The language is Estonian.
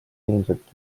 ilmselt